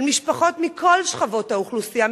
של משפחות מכל שכבות האוכלוסייה,